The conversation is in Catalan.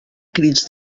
crits